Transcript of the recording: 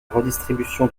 redistribution